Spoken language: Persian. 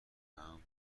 شدهاند